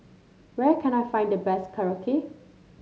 where can I find the best Korokke